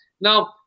Now